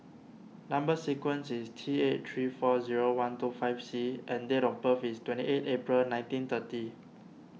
Number Sequence is T eight three four zero one two five C and date of birth is twenty eight April nineteen thirty